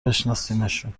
بشناسیمشون